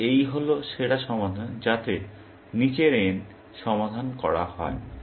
সুতরাং এই হল সেরা সমাধান যাতে নীচের n সমাধান করা হয়